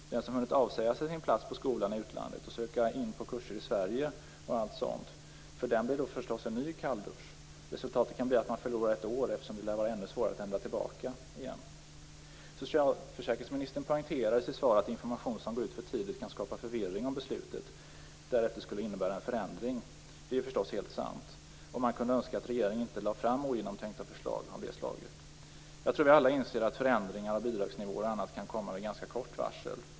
För den som hunnit avsäga sig sin plats på skolan i utlandet och söka in på kurser i Sverige blir det förstås en ny kalldusch. Resultatet kan bli att man förlorar ett år, eftersom det lär vara ännu svårare att ändra tillbaka igen. Socialförsäkringsministern poängterar i sitt svar att information som går ut för tidigt kan skapa förvirring om beslutet därefter skulle innebära en förändring. Det är förstås helt sant. Man kunde önska att regeringen inte lade fram ogenomtänkta förslag av det slaget. Jag tror att vi alla inser att förändringar av bidragsnivåer och annat kan komma med ganska kort varsel.